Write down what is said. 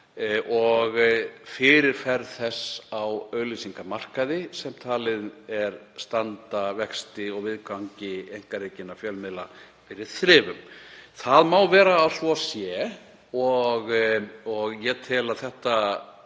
og fyrirferð þess á auglýsingamarkaði sem talið er að standi vexti og viðgangi einkarekinna fjölmiðla fyrir þrifum. Það má vera að svo sé og ég tel að þetta